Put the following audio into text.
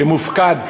שמופקד,